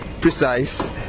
precise